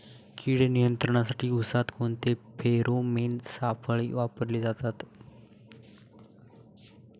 कीड नियंत्रणासाठी उसात कोणते फेरोमोन सापळे वापरले जातात?